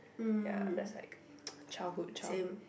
ya that's like childhood childhood